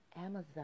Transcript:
Amazon